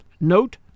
Note